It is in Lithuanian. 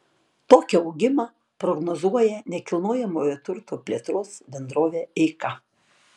tokį augimą prognozuoja nekilnojamojo turto plėtros bendrovė eika